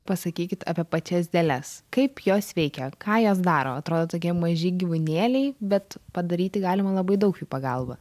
pasakykit apie pačias dėles kaip jos veikia ką jos daro atrodo tokie maži gyvūnėliai bet padaryti galima labai daug jų pagalba